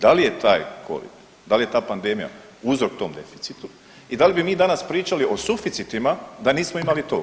Da li je taj Covid, da li je ta pandemija uzrok tom deficitu i da li bi mi danas pričali o suficitima da nismo imali to.